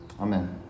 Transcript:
Amen